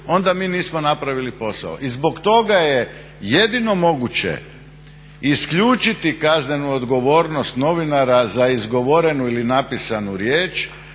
onda mi nismo napravili posao. I zbog toga je jedino moguće isključiti kaznenu odgovornost novinara za izgovorenu ili napisanu riječ,